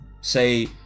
say